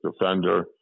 defender